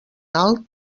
alt